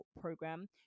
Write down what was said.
program